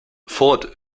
ford